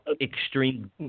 extreme